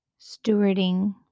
stewarding